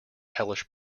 hellish